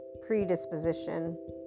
predisposition